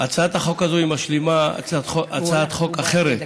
הצעת החוק הזאת משלימה הצעת חוק אחרת,